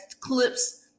clips